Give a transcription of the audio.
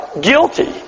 guilty